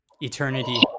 eternity